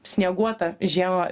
snieguotą žiemą